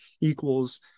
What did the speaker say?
equals